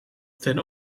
ten